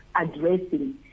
addressing